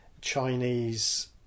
chinese